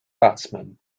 batsman